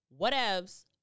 whatevs